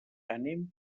anem